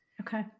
Okay